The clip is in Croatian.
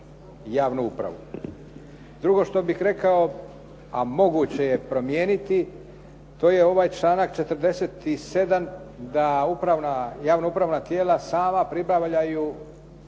javnu upravu. Drugo što bih rekao, a moguće je promijeniti, to je ovaj članak 47. da javna upravna tijela sama pribavljaju